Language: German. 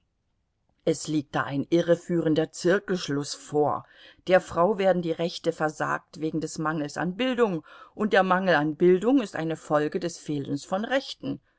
es liegt da ein irreführender zirkelschluß vor der frau werden die rechte versagt wegen des mangels an bildung und der mangel an bildung ist eine folge des fehlens von rechten